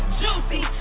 juicy